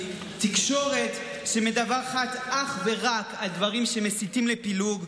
תקשורת שמדווחת אך ורק על דברים שמסיתים לפילוג,